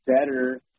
better